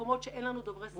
במקומות שאין לנו דוברי שפה.